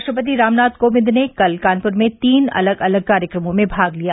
रा ट्रपति रामनाथ कोविंद ने कल कानपुर में तीन अलग अलग कार्यक्रमों में भाग लिया